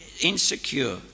insecure